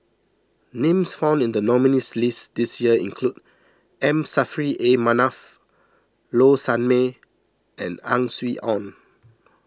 names found in the nominees' list this year include M Saffri A Manaf Low Sanmay and Ang Swee Aun